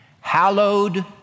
hallowed